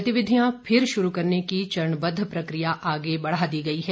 गतिविधियां फिर शुरू करने की चरणबद्द प्रक्रिया आगे बढ़ा दी गयी है